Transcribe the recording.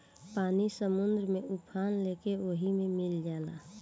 पानी समुंदर में उफान लेके ओहि मे मिल जाला